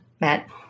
Matt